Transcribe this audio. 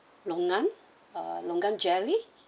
longan uh longan jelly